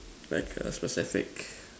like a specific